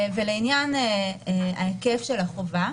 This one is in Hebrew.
לעניין ההיקף של החובה.